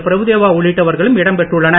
பிரபுதேவா உள்ளிட்டவர்களும் இடம் பெற்றுள்ளனர்